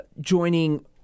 joining